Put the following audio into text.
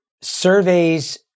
surveys